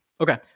Okay